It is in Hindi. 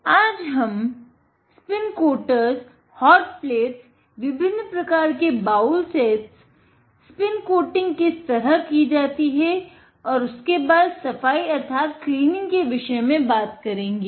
आज हम स्पिन कोटर्स स्पिन कोटिंग किस तरह की जाति है और उसके बाद सफाई अर्थात क्लीनिंग के बारे में बात करेंगे